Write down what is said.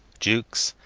jukes,